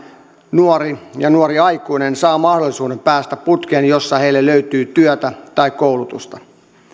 nuori ja nuori aikuinen saa mahdollisuuden päästä putkeen jossa heille löytyy työtä tai koulutusta